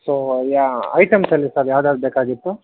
so ಯಾ items ಹೇಳಿ sir ಯಾವ್ದ್ಯಾವ್ದು ಬೇಕಾಗಿತ್ತು